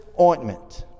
ointment